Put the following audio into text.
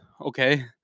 okay